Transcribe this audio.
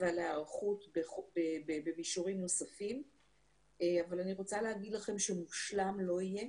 ועל ההיערכות במישורים נוספים אבל אני רוצה להגיד לכם שמושלם לא יהיה,